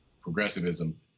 progressivism